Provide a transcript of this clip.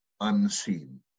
unseen